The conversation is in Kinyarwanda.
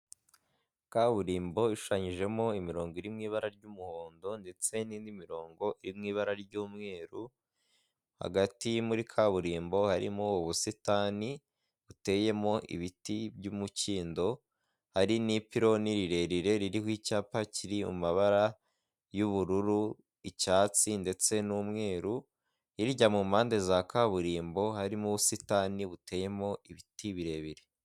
Kaburimbo ishushanyijemo imirongo iri mu ibara ry'umuhondo ndetse n'indi imirongo mu ibara ry'umweru, hagati muri kaburimbo harimo ubusitani buteyemo ibiti by'umukindo, hari n'ipironi rirerire ririho icyapa kiri mu mabara y'ubururu, icyatsi ndetse n'umweru, hirya mu mpande za kaburimbo harimo ubusitani buteyemo ibiti birebire.